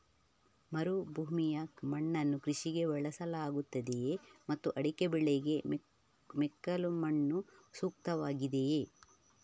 ಮರುಭೂಮಿಯ ಮಣ್ಣನ್ನು ಕೃಷಿಗೆ ಬಳಸಲಾಗುತ್ತದೆಯೇ ಮತ್ತು ಅಡಿಕೆ ಬೆಳೆಗೆ ಮೆಕ್ಕಲು ಮಣ್ಣು ಸೂಕ್ತವಾಗಿದೆಯೇ?